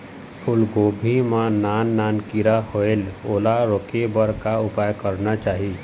फूलगोभी मां नान नान किरा होयेल ओला रोके बर का उपाय करना चाही?